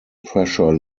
pressure